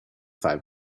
five